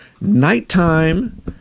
nighttime